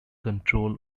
control